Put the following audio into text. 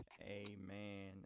Amen